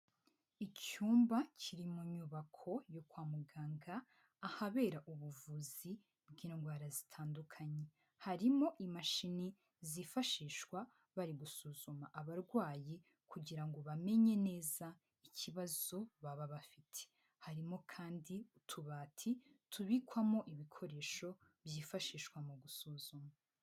Icyumba kiri mu nyubako yo kwa muganga ahabera ubuvuzi bw'indwara zitandukanye, harimo imashini zifashishwa bari gusuzuma abarwayi kugira ngo bamenye neza ikibazo baba bafite, harimo kandi utubati tubikwamo ibikoresho byifashishwa mu gusuzuma.